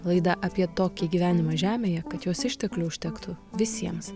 laida apie tokį gyvenimą žemėje kad jos išteklių užtektų visiems